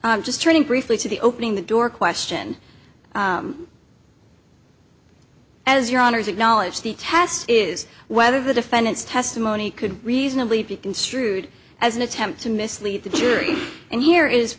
role just turning briefly to the opening the door question as your honour's acknowledged the test is whether the defendants testimony could reasonably be construed as an attempt to mislead the jury and here is